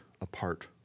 apart